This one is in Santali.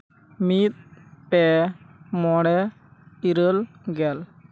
ᱢᱤᱫ ᱯᱮ ᱢᱚᱬᱮ ᱤᱨᱟᱹᱞ ᱜᱮᱞ